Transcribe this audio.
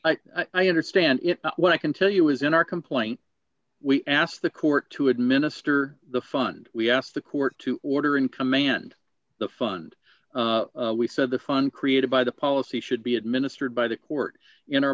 but i understand it what i can tell you is in our complaint we asked the court to administer the fund we asked the court to order and command the fund we said the fund created by the policy should be administered by the court in